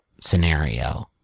scenario